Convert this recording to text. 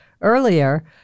earlier